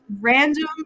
random